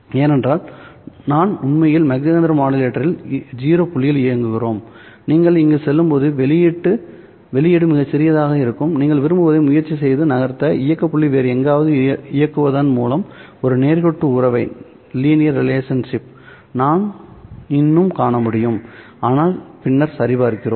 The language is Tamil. ஏனென்றால் நாம் உண்மையில் மாக் ஜெஹெண்டர் மாடுலேட்டரின் 0 புள்ளியில் இயங்குகிறோம் நீங்கள் இங்கு செல்லும்போது வெளியீடு மிகச் சிறியதாக இருக்கும் நீங்கள் விரும்புவதை முயற்சி செய்து நகர்த்த இயக்க புள்ளி வேறு எங்காவது இயங்குவதன் மூலம் ஒரு நேர்கோட்டு உறவை நான் இன்னும் காண முடியும் ஆனால் பின்னர் சரிபார்க்கிறோம்